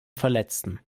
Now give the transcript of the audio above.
verletzten